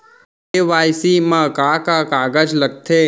KYC मा का का कागज लगथे?